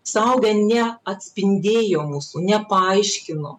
suaugę neatspindėjo mūsų nepaaiškino